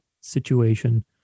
situation